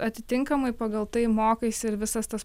atitinkamai pagal tai mokaisi ir visas tas